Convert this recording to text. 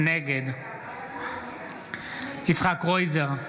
נגד יצחק קרויזר,